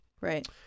Right